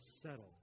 settle